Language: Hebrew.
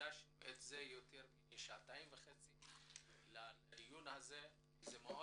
הקדשנו יותר משעתיים וחצי לדיון כי מאוד